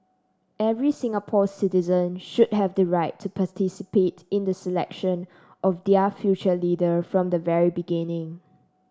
every Singapore citizen should have the right to participate in the selection of their future leader from the very beginning